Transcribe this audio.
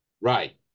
Right